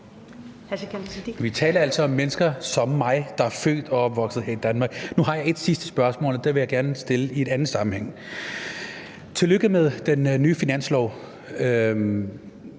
Vi taler altså om mennesker som mig, der er født og opvokset her i Danmark. Nu har jeg ét sidste spørgsmål, og det vil jeg gerne stille i en anden sammenhæng. Tillykke med den nye finanslov.